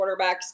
quarterbacks